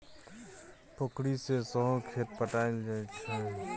पोखरि सँ सहो खेत पटाएल जाइ छै